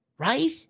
Right